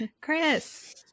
Chris